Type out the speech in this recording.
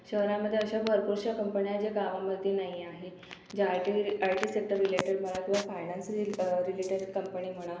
शहरांमध्ये अशा भरपूरशा कंपण्या आहे ज्या गावामध्ये नाही आहे ज्या I T I T sector related म्हणा किंवा फायनान्स रि रिलेटेड कंपणी म्हणा